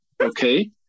Okay